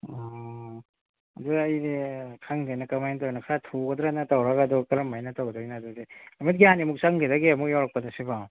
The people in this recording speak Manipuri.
ꯎꯝ ꯑꯗꯨꯗ ꯑꯩꯁꯦ ꯈꯪꯗꯦꯅꯦ ꯀꯃꯥꯏꯅ ꯇꯧꯔꯤꯅꯣ ꯈꯔ ꯊꯨꯒꯗ꯭ꯔꯅ ꯇꯧꯔꯒ ꯑꯗꯣ ꯀꯔꯝ ꯍꯥꯏꯅ ꯇꯧꯗꯣꯏꯅꯣ ꯑꯗꯨꯗꯤ ꯅꯨꯃꯤꯠ ꯀꯌꯥꯅꯤꯃꯨꯛ ꯆꯪꯈꯤꯗꯒꯦ ꯑꯃꯨꯛ ꯌꯧꯔꯛꯄꯗ ꯁꯤꯕꯣ